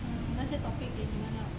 啊那些 topic 给你们 lah